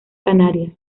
canarias